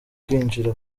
kwinjira